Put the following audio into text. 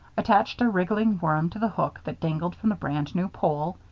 attached a wriggling worm to the hook that dangled from the brand-new pole,